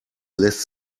lässt